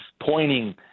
pointing